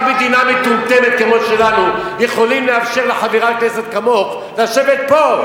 רק במדינה מטומטמת כמו שלנו יכולים לאפשר לחברת כנסת כמוך לשבת פה.